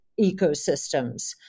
ecosystems